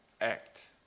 act